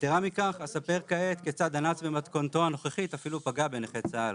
יתרה מכך אספר כעת כיצד אנ"צ במתכונתו הנוכחית אפילו פגע בנכי צה"ל.